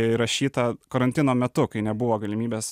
įrašyta karantino metu kai nebuvo galimybės